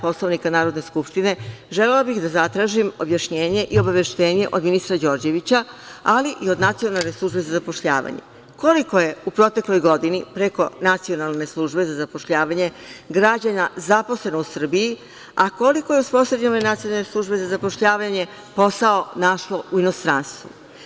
Poslovnika Narodne skupštine, želela bih da zatražim objašnjenje i obaveštenje od ministra Đorđevića, ali i od Nacionalne službe za zapošljavanje - koliko je u protekloj godini preko Nacionalne službe za zapošljavanje, građana zaposleno u Srbiji, a koliko je uz posredovanje Nacionalne službe za zapošljavanje posao našlo u inostranstvu?